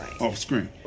off-screen